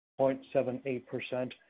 0.78%